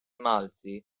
malti